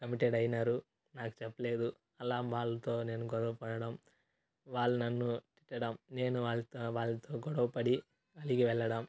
committed అయినారు నాకు చెప్పలేదు అలా వాళ్లతో నేను గొడవపడడం వాళ్ళు నన్ను తిట్టడం నేను వాళ్ళత్ వాళ్లతో గొడవపడి అలిగి వెళ్ళడం